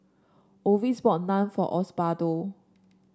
Orvis brought Naan for Osbaldo